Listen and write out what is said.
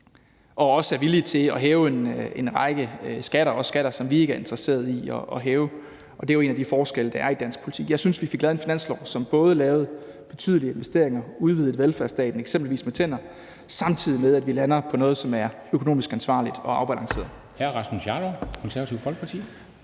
og også er villig til at hæve en række skatter, også skatter, som vi ikke er interesseret i at hæve. Det er jo en af de forskelle, der er i dansk politik. Jeg synes, vi fik lavet en finanslov, som både lavede betydelige investeringer og udvidede velfærdsstaten, eksempel med tiltaget vedrørende tandbehandling, samtidig med at vi lander på noget, som er økonomisk ansvarligt og afbalanceret. Kl. 09:27 Formanden (Henrik